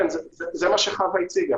כן, זה מה שחוה הציגה.